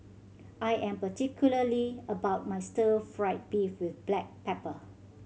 I am particularly about my stir fried beef with black pepper